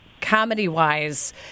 comedy-wise